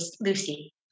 lucy